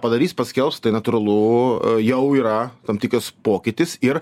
padarys paskelbs tai natūralu jau yra tam tikras pokytis ir